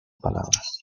palabras